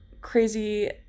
crazy